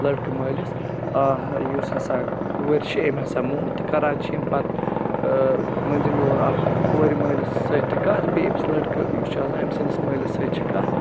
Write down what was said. لٔڑکہٕ مٲلِس آ یُس ہَسا کوٗر چھِ أمۍ ہَسا مون تہِ کَران چھِ یِم پَتہٕ مٔنٛزِم یور اَکھ کورِ مٲلِس سۭتۍ تہِ کَتھ تہٕ بیٚیہِ أمِس لٔڑکہٕ یُس چھِ آسان أمۍسٕنٛدِس مٲلِس سۭتۍ چھِ کَتھ